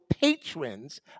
patrons